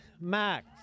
Max